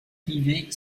privée